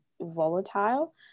volatile